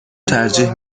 ترجیح